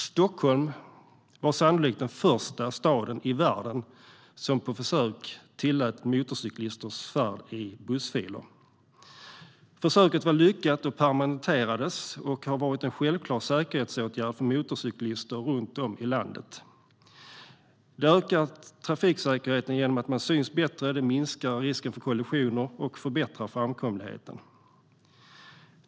Stockholm var sannolikt den första staden i världen som på försök tillät motorcyklisters färd i bussfiler. Försöket var lyckat och permanentades, och det har varit en självklar säkerhetsåtgärd för motorcyklister runt om i landet. Det ökar trafiksäkerheten genom att man syns bättre, det minskar risken för kollisioner och det förbättrar framkomligheten.